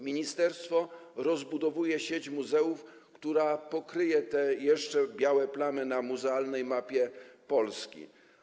Ministerstwo rozbudowuje sieć muzeów, która pokryje białe plamy na muzealnej mapie Polski.